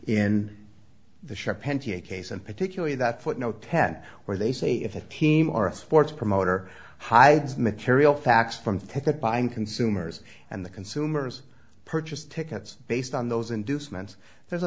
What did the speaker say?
and particularly that footnote ten where they say if a team or a sports promoter high as material facts from ticket buying consumers and the consumers purchase tickets based on those inducements there's a